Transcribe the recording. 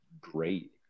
great